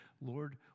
Lord